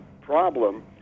problem